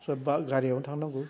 सोरबा गारियाव थांनांगौ